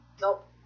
Nope